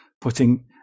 putting